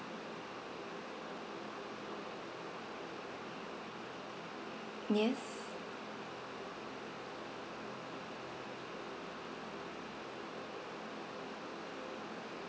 yes